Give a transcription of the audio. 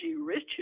riches